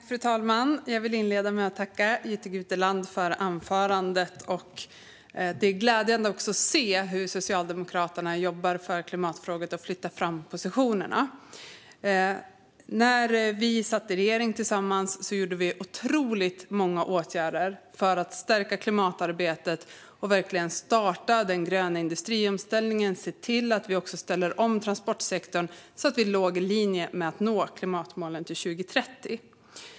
Fru talman! Jag vill inleda med att tacka Jytte Guteland för anförandet. Det är glädjande att se hur Socialdemokraterna jobbar för klimatfrågorna och för att flytta fram positionerna. När vi satt i regeringen tillsammans vidtog vi otroligt många åtgärder för att stärka klimatarbetet, för att verkligen starta den gröna industriomställningen och för att se till att vi ställer om transportsektorn för att nå klimatmålen till 2030.